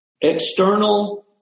external